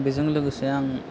बेजों लोगोसे आं